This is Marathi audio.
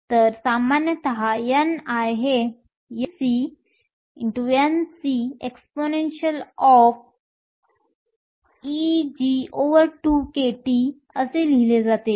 तर सामान्यतः ni हे NcNcexpEg2kTअसे लिहिले जाते